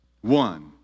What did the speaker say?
one